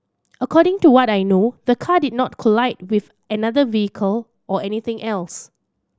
according to what I know the car did not collide with another vehicle or anything else